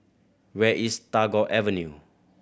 where is Tagore Avenue